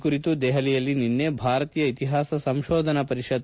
ಈ ಕುರಿತು ದೆಪಲಿಯಲ್ಲಿ ನಿನ್ನೆ ಭಾರತೀಯ ಇತಿಹಾಸ ಸಂಶೋಧನಾ ಪರಿಷತ್ತು